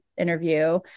interview